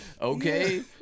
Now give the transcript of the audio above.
Okay